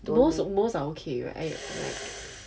most most are okay right